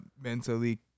mentally